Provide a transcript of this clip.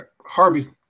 Harvey